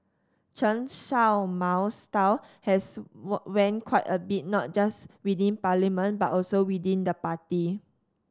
Chen Mao's style has waned quite a bit not just within parliament but also within the party